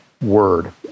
word